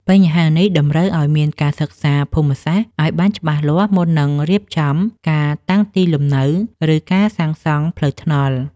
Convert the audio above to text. បញ្ហានេះតម្រូវឱ្យមានការសិក្សាភូមិសាស្ត្រឱ្យបានច្បាស់លាស់មុននឹងរៀបចំការតាំងទីលំនៅ ឬការសាងសង់ផ្លូវថ្នល់។